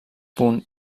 punt